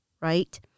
right